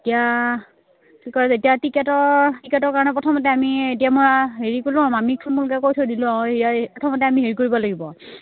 এতিয়া এতিয়া টিকেটৰ টিকেটৰ কাৰণে প্ৰথমতে আমি এতিয়া মই হেৰি কৰিলোঁ কৈ থৈ দিলোঁ অঁ প্ৰথমতে আমি হেৰি কৰিব লাগিব